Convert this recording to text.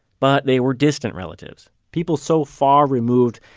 but they were distant relatives people so far removed,